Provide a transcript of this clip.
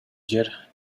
жер